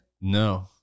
No